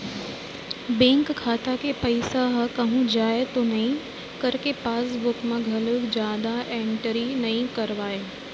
bank खाता के पइसा ह कहूँ जाए तो नइ करके पासबूक म घलोक जादा एंटरी नइ करवाय